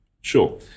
Sure